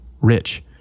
rich